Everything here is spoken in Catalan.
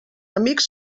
amics